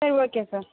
சரி okay sir